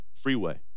freeway